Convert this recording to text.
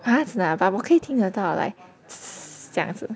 perhaps lah 我可以听得到 like 这样子